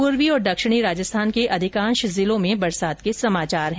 पूर्वी और दक्षिणी राजस्थान के अधिकांश जिलों में बारिश के समाचार है